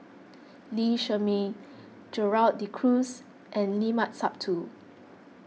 Lee Shermay Gerald De Cruz and Limat Sabtu